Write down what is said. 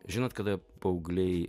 žinot kada paaugliai